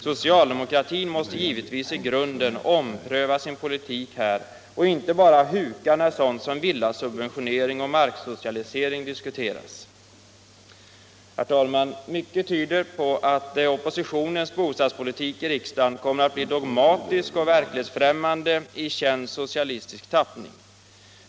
Socialdemokratin måste givetvis i grunden ompröva sin politik här och inte bara huka när sådant som villasubventionering och marksocialisering diskuteras.” Herr talman! Mycket tyder på att oppositionens bostadspolitik i riksdagen kommer att bli problematisk och verklighetsfrämmande i känd socialistisk tappning.